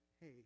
Hey